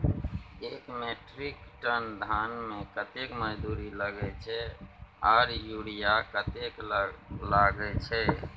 एक metric ton धान में कतेक मजदूरी लागे छै आर यूरिया कतेक लागे छै?